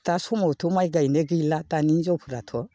दा समावथ' माइ गाइनाय गैला दानि हिनजावफोराथ'